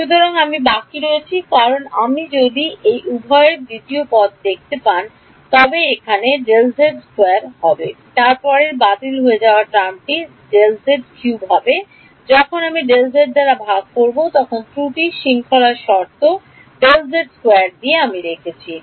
সুতরাং আমি বাকি রয়েছি কারণ আপনি যদি এই উভয়ের দ্বিতীয় পদের দেখতে পান তবে একটি হবে যা পরেরটি বাতিল হয়ে যাবে টার্মটি Δz কিউব হবে যখন আমি Δz দ্বারা ভাগ করব ত্রুটি শৃঙ্খলা শর্ত দিয়ে আমি রেখেছি